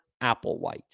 Applewhite